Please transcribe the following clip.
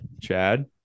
Chad